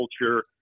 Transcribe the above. culture